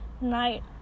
night